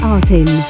Artin